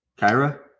kyra